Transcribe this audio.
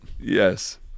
Yes